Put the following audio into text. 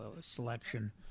selection